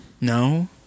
no